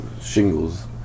shingles